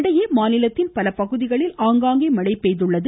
இதனிடையே மாநிலத்தின் பல பகுதிகளில் ஆங்காங்கே மழை பெய்துள்ளது